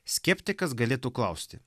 skeptikas galėtų klausti